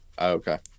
Okay